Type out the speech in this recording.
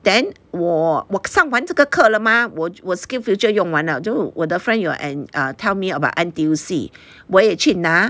then 我我我上完这个课了吗我就我 SkillsFuture 用完了就我的 friend 有 and tell me about N_T_U_C 我也去拿